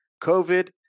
COVID